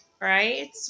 right